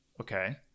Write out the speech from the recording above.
Okay